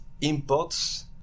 imports